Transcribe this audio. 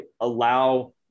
allow